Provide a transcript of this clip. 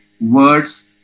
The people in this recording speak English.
words